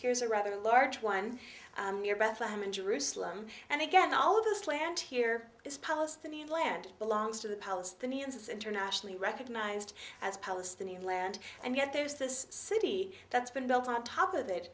here's a rather large one near bethlehem and jerusalem and again all of this land here is palestinian land belongs to the palestinians internationally recognized as palestinian land and yet there's this city that's been built on top of